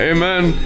Amen